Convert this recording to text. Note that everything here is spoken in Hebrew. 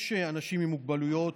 יש אנשים עם מוגבלויות,